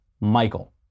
Michael